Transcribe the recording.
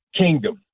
kingdom